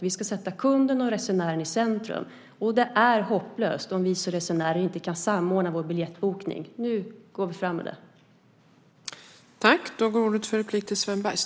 Vi ska sätta kunden och resenären i centrum. Det är hopplöst om vi som resenärer inte kan samordna vår biljettbokning. Nu går vi fram med det.